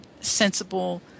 sensible